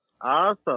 Awesome